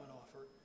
offer